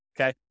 okay